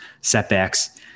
setbacks